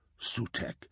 Sutek